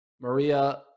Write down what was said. Maria